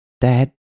dad